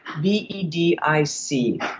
V-E-D-I-C